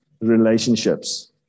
relationships